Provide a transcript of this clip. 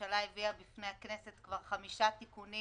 הממשלה הביאה בפני הכנסת כבר חמישה תיקונים